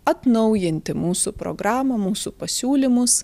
atnaujinti mūsų programą mūsų pasiūlymus